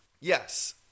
Yes